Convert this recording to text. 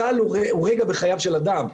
צה"ל הוא רגע בחייו של אדם,